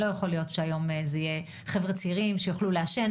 לא יכול להיות שהיום זה יהיה חבר'ה צעירים שיוכלו לעשן.